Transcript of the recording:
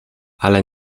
ale